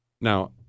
Now